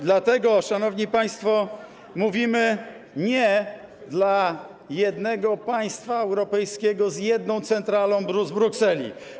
Dlatego, szanowni państwo, mówimy: nie dla jednego państwa europejskiego z jedną centralą w Brukseli.